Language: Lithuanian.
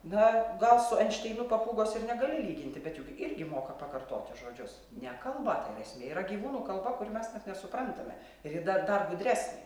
na gal su einšteinu papūgos ir negali lyginti bet juk irgi moka pakartoti žodžius ne kalba ten esmė yra gyvūnų kalba kurių mes net nesuprantame ir ji dar dar gudresnė